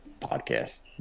podcast